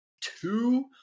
two